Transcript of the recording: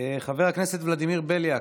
חבר הכנסת ולדימיר בליאק,